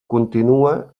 continua